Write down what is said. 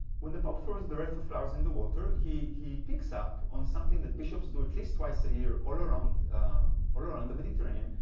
when the pope throws the wreath of flowers in the water, he he picks up on something that bishops do at least twice a year all around all around the mediterranean,